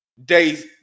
days